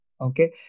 okay